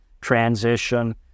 transition